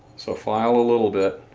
so file a little bit,